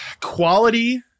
quality